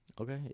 Okay